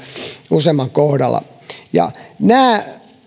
useimpien kohdalla nämä